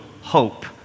hope